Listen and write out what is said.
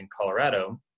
Colorado